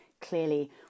clearly